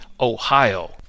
Ohio